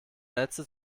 netze